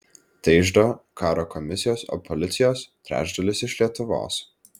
tai iždo karo komisijos o policijos trečdalis iš lietuvos